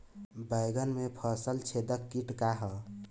बैंगन में फल छेदक किट का ह?